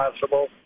possible